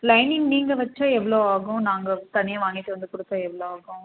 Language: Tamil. லைனிங் நீங்கள் வெச்சா எவ்வளோ ஆகும் நாங்கள் தனியாக வாங்கிட்டு வந்து கொடுத்தா எவ்வளோ ஆகும்